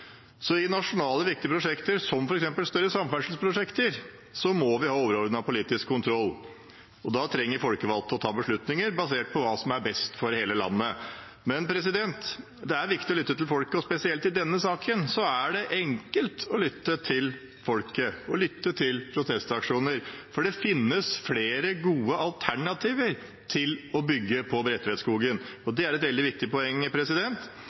Så i nasjonale, viktige prosjekter, som f.eks. større samferdselsprosjekter, må vi ha en overordnet politisk kontroll. Da trenger folkevalgte å ta beslutninger basert på hva som er best for hele landet. Men det er viktig å lytte til folket, og spesielt i denne saken er det enkelt å lytte til folket og lytte til protestaksjoner, for det finnes flere gode alternativer til å bygge i Bredtvetskogen. Det er et veldig viktig poeng.